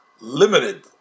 limited